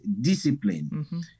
discipline